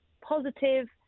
positive